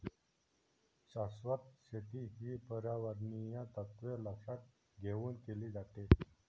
शाश्वत शेती ही पर्यावरणीय तत्त्वे लक्षात घेऊन केली जाते